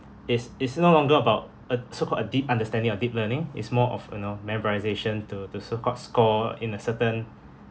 it's it's no longer about a so-called a deep understanding or deep learning it's more of you know memorisation to to so-called score in a certain